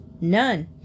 None